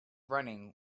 running